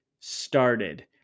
started